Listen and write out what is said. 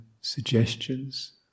suggestions